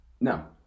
No